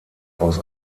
aus